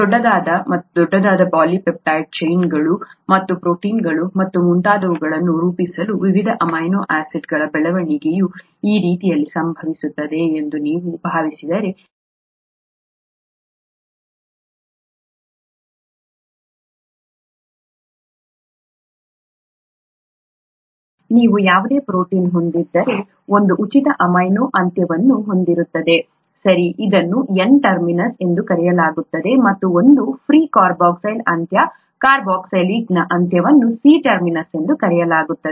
ದೊಡ್ಡದಾದ ಮತ್ತು ದೊಡ್ಡದಾದ ಪಾಲಿಪೆಪ್ಟೈಡ್ ಚೈನ್ಗಳು ಮತ್ತು ಪ್ರೋಟೀನ್ಗಳು ಮತ್ತು ಮುಂತಾದವುಗಳನ್ನು ರೂಪಿಸಲು ವಿವಿಧ ಅಮೈನೋ ಆಸಿಡ್ಗಳ ಬೆಳವಣಿಗೆಯು ಈ ರೀತಿಯಲ್ಲಿ ಸಂಭವಿಸುತ್ತದೆ ಎಂದು ನೀವು ಭಾವಿಸಿದರೆ ನೀವು ಯಾವುದೇ ಪ್ರೊಟೀನ್ ಹೊಂದಿದ್ದರೆ ಒಂದು ಉಚಿತ ಅಮೈನೋ ಅಂತ್ಯವನ್ನು ಹೊಂದಿರುತ್ತದೆ ಸರಿ ಇದನ್ನು N ಟರ್ಮಿನಸ್ ಎಂದು ಕರೆಯಲಾಗುತ್ತದೆ ಮತ್ತು ಒಂದು ಫ್ರೀ ಕಾರ್ಬಾಕ್ಸಿಲ್ ಅಂತ್ಯ ಕಾರ್ಬಾಕ್ಸಿಲಿಕ್ ಆಸಿಡ್ನ ಅಂತ್ಯವನ್ನು C ಟರ್ಮಿನಸ್ ಎಂದು ಕರೆಯಲಾಗುತ್ತದೆ